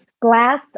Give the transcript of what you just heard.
Glass